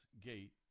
gate